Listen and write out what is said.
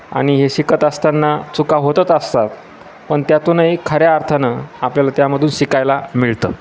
आणि हे शिकत असताना चुका होतच असतात पण त्यातूनही खऱ्या अर्थानं आपल्याला त्यामधून शिकायला मिळतं